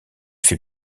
fait